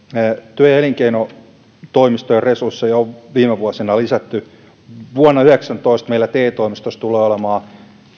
työ ja elinkeinotoimistojen resursseja on viime vuosina lisätty vuonna yhdeksäntoista meillä te toimistoissa tulee olemaan